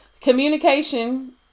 Communication